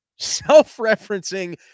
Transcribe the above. self-referencing